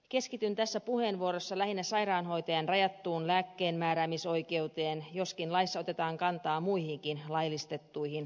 keskityn tässä puheenvuorossa lähinnä sairaanhoitajan rajattuun lääkkeenmääräämisoikeuteen joskin laissa otetaan kantaa muihinkin laillistettuihin ammattiryhmiin